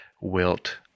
wilt